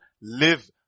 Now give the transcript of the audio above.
live